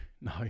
no